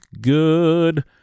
good